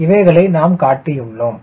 இவைகளை நாம் காட்டியுள்ளோம்